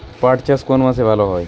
পাট চাষ কোন মাসে ভালো হয়?